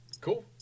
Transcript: Cool